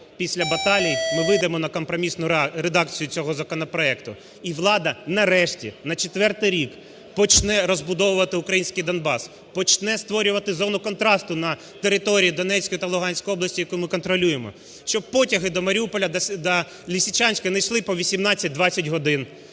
після баталій ми вийдемо на компромісну редакцію цього законопроекту, і влада нарешті на четвертий рік почне розбудовувати український Донбас, почне створювати зону контрасту на території Донецької та Луганської області, яку ми контролюємо, щоб потяги до Маріуполя, до Лисичанська не йшли по 18-20 годин,